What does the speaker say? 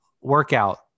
workout